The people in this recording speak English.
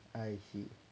I see